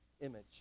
image